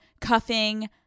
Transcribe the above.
cuffing